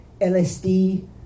LSD